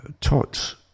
taught